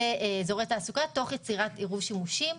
כן, באזורי תעסוקה, תוך יצירת עירוב שימושים.